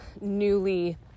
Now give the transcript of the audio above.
newly